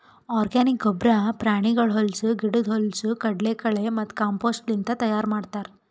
organic ಗೊಬ್ಬರ ಪ್ರಾಣಿಗಳ ಹೊಲಸು, ಗಿಡುದ್ ಹೊಲಸು, ಕಡಲಕಳೆ ಮತ್ತ ಕಾಂಪೋಸ್ಟ್ಲಿಂತ್ ತೈಯಾರ್ ಮಾಡ್ತರ್